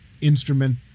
instrument